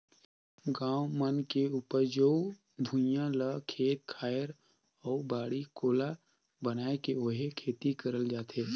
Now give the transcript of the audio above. गाँव मन मे उपजऊ भुइयां ल खेत खायर अउ बाड़ी कोला बनाये के ओम्हे खेती करल जाथे